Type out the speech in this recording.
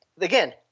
again